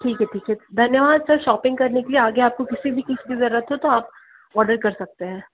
ठीक है ठीक है धन्यवाद सर शॉपिंग करने के लिए आगे आपको किसी भी चीज़ की ज़रूरत हो तो आप ऑर्डर कर सकते हैं